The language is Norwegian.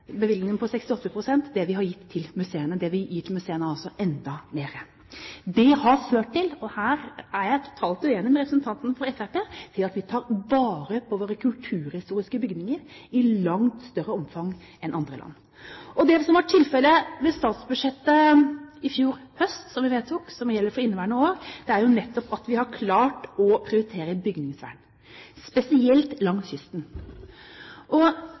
til museene. Det vi gir til museene, er altså enda mer. Det har ført til, og her er jeg totalt uenig med representanten fra Fremskrittspartiet, at vi tar vare på våre kulturhistoriske bygninger i langt større omfang enn andre land. Det som er tilfellet med statsbudsjettet vi vedtok i fjor høst, som gjelder for inneværende år, er nettopp at vi har klart å prioritere bygningsvern, spesielt langs kysten.